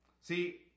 See